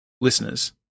listeners